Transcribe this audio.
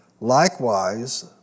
Likewise